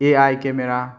A I camera